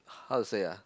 how to say ah